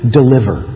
deliver